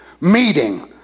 meeting